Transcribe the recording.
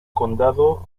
condado